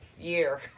year